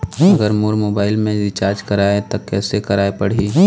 अगर मोर मोबाइल मे रिचार्ज कराए त कैसे कराए पड़ही?